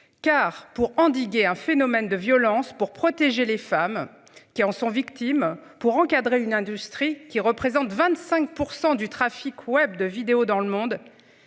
car pour endiguer un phénomène de violence pour protéger les femmes qui en sont victimes, pour encadrer une industrie qui représente 25% du trafic web de vidéos dans le monde.